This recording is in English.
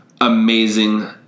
Amazing